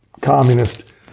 communist